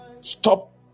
stop